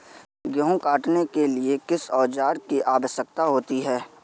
गेहूँ काटने के लिए किस औजार की आवश्यकता होती है?